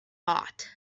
bought